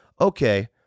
okay